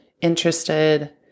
interested